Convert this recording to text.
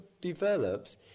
develops